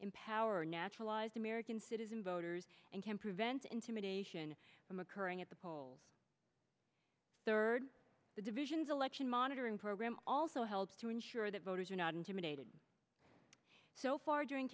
empower naturalized american citizen voters and can prevent the intimidation from occurring at the polls third the divisions election monitoring program also helps to ensure that voters are not intimidated so far during